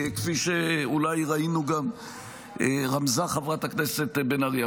כפי שאולי ראינו וגם רמזה חברת הכנסת בן ארי.